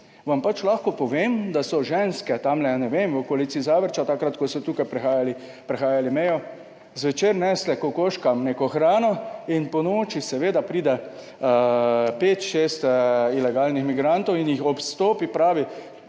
vam pač lahko povem, da so ženske tamle, ne vem, v okolici Zavrča, takrat ko so tukaj prihajali, prehajali mejo, zvečer nesle kokoškam neko hrano in ponoči seveda pride pet, šest ilegalnih migrantov in jih odstopi, pravi